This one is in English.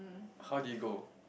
how did it go